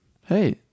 Hey